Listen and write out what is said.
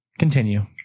Continue